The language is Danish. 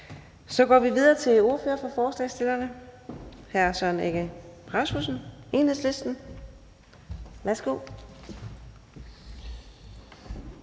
Vi går videre til ordføreren for forslagsstillerne, hr. Søren Egge Rasmussen, Enhedslisten. Værsgo.